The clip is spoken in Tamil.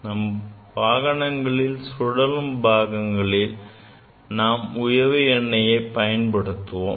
நம் வாகனங்களில் சுழலும் பகுதிகளில் நாம் உயவு எண்ணெய்யை பயன்படுத்துவோம்